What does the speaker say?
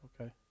Okay